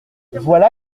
voilà